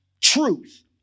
truth